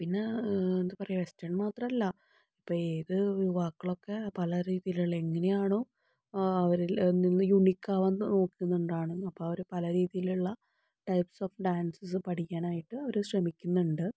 പിന്നേ എന്താ പറയുക വെസ്റ്റേൺ മാത്രമല്ല ഇപ്പം ഏത് വാക്കുകളൊക്കെ പല രീതിയിലുള്ള എങ്ങനെയാണോ ഓ അവരിൽ നിന്ന് യുണീക്കാവാൻ നോക്കുന്നോണ്ടാണ് അപ്പോൾ അവര് പല രീതിയിലുള്ള ടൈപ്സ് ഓഫ് ഡാൻസസ് പഠിക്കാനായിട്ട് ഓര് ശ്രമിക്കുന്നുണ്ട്